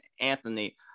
Anthony